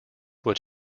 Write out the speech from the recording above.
what